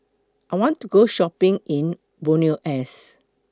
I want to Go Shopping in Buenos Aires